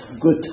good